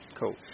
cool